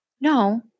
No